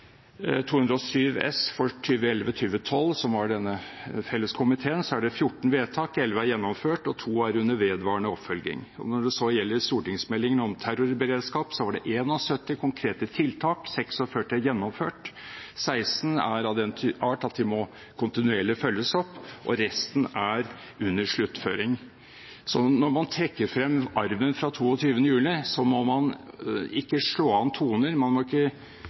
207 S for 2011–2012, som var denne felleskomiteen, er det 14 vedtak, 11 er gjennomført, 2 er under vedvarende oppfølging. Og når det så gjelder stortingsmeldingen om terrorberedskap, var det 71 konkrete tiltak, 46 gjennomført, 16 er av den art at de må kontinuerlig følges opp, og resten er under sluttføring. Når man trekker frem arven fra 22. juli, må man ikke slå an toner, man må ikke